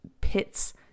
pits